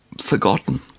forgotten